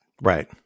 Right